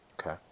Okay